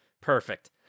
Perfect